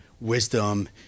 wisdom